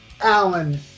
Alan